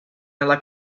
nella